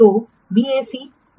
तो बीएसी मूल्य क्या है